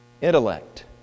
intellect